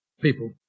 people